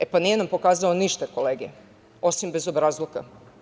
E, pa nije nam pokazao ništa kolege, osim bezobrazluka.